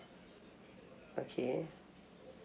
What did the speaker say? okay